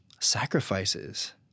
sacrifices